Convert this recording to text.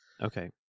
Okay